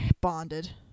Bonded